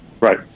Right